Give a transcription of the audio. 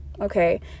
Okay